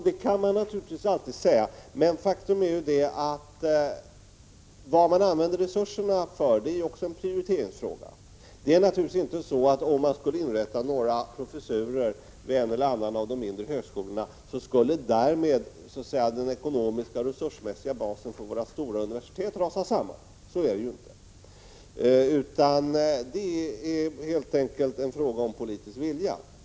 Det kan man naturligtvis alltid säga, men faktum är ju att det också är en prioriteringsfråga, dvs. en fråga om vad man använder resurserna till. Om man inrättade några professurer vid en eller annan av de mindre högskolorna skulle naturligtvis inte den ekonomiska och resursmässiga basen för våra stora universitet därmed rasa samman. Här är det helt enkelt en fråga om politisk vilja.